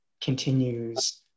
continues